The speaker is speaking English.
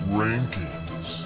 rankings